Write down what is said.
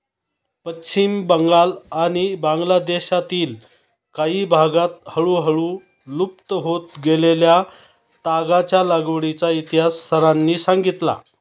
पश्चिम बंगाल आणि बांगलादेशातील काही भागांत हळूहळू लुप्त होत गेलेल्या तागाच्या लागवडीचा इतिहास सरांनी सांगितला